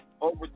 over